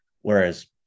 Whereas